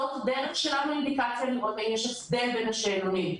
זאת הדרך שלנו לאינדיקציה לראות האם יש הבדל בין השאלונים,